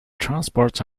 transport